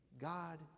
God